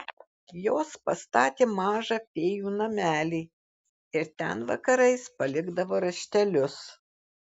jos pastatė mažą fėjų namelį ir ten vakarais palikdavo raštelius